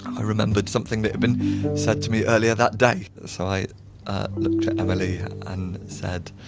i remembered something that had been said to me earlier that day, so i looked at emily and said